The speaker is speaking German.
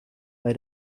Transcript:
bei